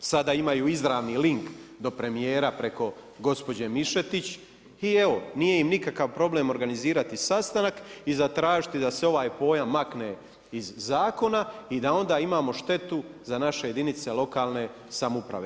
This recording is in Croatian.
Sada imaju izravni link do premijera preko gospođe MIšetić i evo nije im nikakav problem organizirati sastanak i zatražiti da se ovaj pojam makne iz zakona i da onda imamo štetu za naše jedinica lokalne samouprave.